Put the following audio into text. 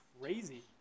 crazy